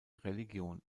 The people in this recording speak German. religion